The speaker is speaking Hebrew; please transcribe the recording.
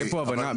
הבנה.